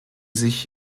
sich